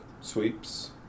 sweeps